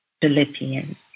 Philippians